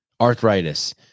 arthritis